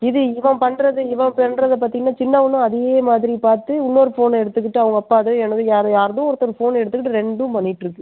இது இவன் பண்ணுறது இவன் பண்ணுறத பார்த்தீங்கனா சின்னவனும் அதே மாதிரி பார்த்து இன்னொரு ஃபோனை எடுத்துக்கிட்டு அவங்க அப்பா இதோ என்னுதோ வேறு யாருதோ ஒருத்தர் ஃபோன் எடுத்துக்கிட்டு ரெண்டும் பண்ணிட்டுருக்கு